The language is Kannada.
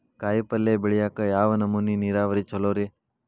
ಕಾಯಿಪಲ್ಯ ಬೆಳಿಯಾಕ ಯಾವ್ ನಮೂನಿ ನೇರಾವರಿ ಛಲೋ ರಿ?